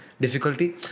difficulty